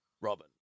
Robin